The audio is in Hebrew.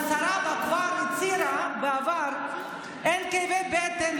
שהשרה בה הצהירה בעבר: אין כאבי בטן,